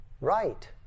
Right